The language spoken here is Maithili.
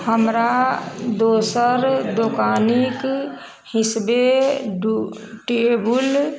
हमरा दोसर दुकानिक हिस्बे डू टेबुल